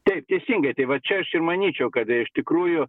taip teisingai tai va čia aš ir manyčiau kad iš tikrųjų